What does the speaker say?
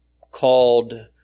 called